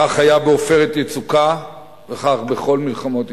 כך היה ב"עופרת יצוקה" וכך בכל מלחמות ישראל.